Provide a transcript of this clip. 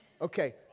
Okay